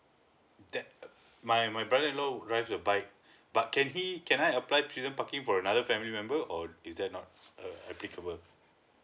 that my my brother in law drives a bike but can he can I apply season parking for another family member or is that not err applicable